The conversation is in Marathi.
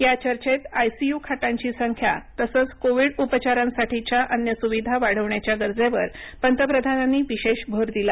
या चर्चेत आयसीयु खाटांची संख्या तसंच कोविड उपचारांसाठीच्या अन्य सुविधा वाढविण्याच्या गरजेवर पंतप्रधानांनी विशेष भर दिला